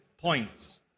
points